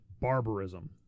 barbarism